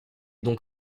donc